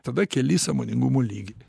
tada keli sąmoningumo lygį